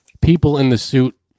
people-in-the-suit